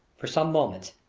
for some moments,